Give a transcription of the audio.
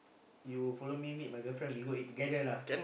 you follow me meet my girlfriend we go eat together lah